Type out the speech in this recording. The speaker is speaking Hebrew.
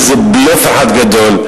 איזה בלוף אחד גדול,